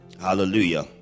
Hallelujah